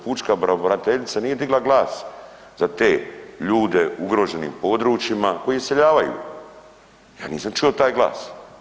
Pučka pravobraniteljica nije digla glas za te ljude u ugroženim područjima koji iseljavaju, ja nisam čuo taj glas.